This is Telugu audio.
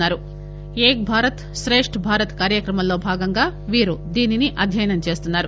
ఏక్ భారత్ శ్రేష్ఠ్ భారత్ కార్యక్రమంలో భాగంగా వీరు దీనిని అధ్యయనం చేస్తున్నారు